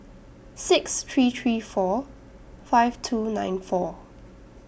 six three three four five two nine four